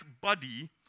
body